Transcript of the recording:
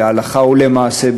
להלכה ולמעשה,